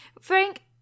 Frank